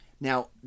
Now